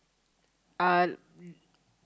uh